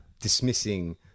dismissing